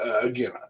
again